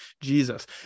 Jesus